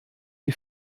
die